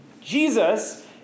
Jesus